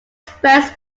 spreads